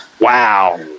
Wow